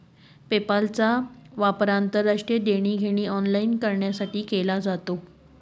पेपालचा वापर आंतरराष्ट्रीय देणी घेणी ऑनलाइन करण्यासाठी केला जातो